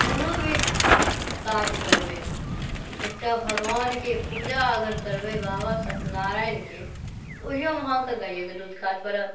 कोनो भी काज करबै अहाँ एकटा भगवानके पूजा अगर करबै बाबा सत्यनारायणके तऽ ओहियोमे अहाँके गायेक दूध काज पड़त